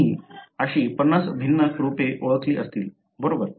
तुम्ही अशी 50 भिन्न रूपे ओळखली असतील बरोबर